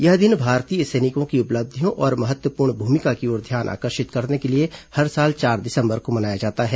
यह दिन भारतीय नौसेना की उपलब्धियों और महत्वपूर्ण भूमिका की ओर ध्यान आकर्षित करने के लिए हर साल चार दिसंबर को मनाया जाता है